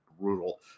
brutal